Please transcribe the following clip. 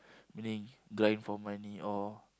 meaning grind for money or